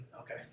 Okay